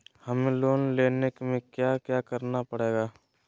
हमें लोन लेना है क्या क्या करना पड़ेगा?